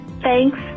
Thanks